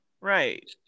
Right